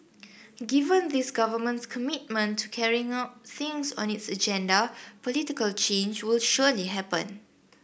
given this Government's commitment to carrying out things on its agenda political change will surely happen